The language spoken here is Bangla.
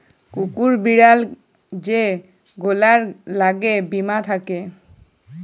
কুকুর, বিড়াল যে গুলার ল্যাগে বীমা থ্যাকে